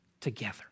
together